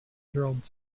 gerald